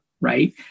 right